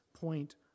point